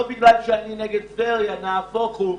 לא בגלל שאני נגד טבריה, נהפוך הוא.